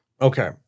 Okay